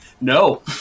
No